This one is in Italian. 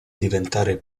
diventare